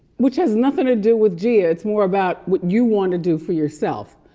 which has nothing to do with jia, it's more about what you wanna do for yourself.